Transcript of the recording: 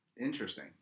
Interesting